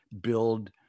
build